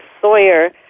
Sawyer